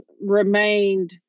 remained